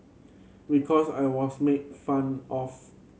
because I was made fun of